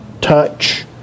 touch